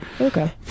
Okay